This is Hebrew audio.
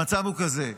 המצב הוא כזה,